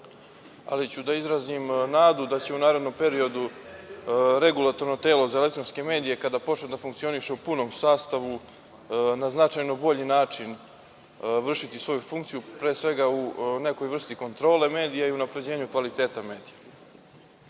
ali ću da izrazim nadu da će u narednom periodu Regulatorno telo za elektronske medije, kada počne da funkcionišu u punom sastavu, na značajno bolji način vršiti svoju funkciju, pre svega u nekoj vrsti kontrole medija i unapređenja kvaliteta medija. Mogu